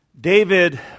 David